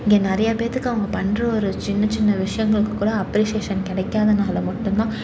இங்கே நிறையா பேருத்துக்கு அவங்க பண்ணுற ஒரு சின்ன சின்ன விஷயங்களுக்கு கூட அப்ரிசேஷஷன் கிடைக்காதனால் மட்டும்தான்